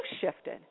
shifted